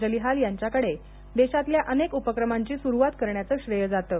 जलिहाल यांच्याकडे देशातल्या अनेक उपक्रमांची सुरुवात करण्याचं श्रेय जातं